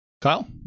Kyle